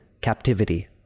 captivity